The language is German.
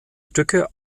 stücke